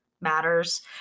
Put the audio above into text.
matters